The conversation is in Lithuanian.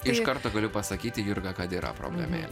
iš kartogaliu pasakyti jurga kad yra problemėlė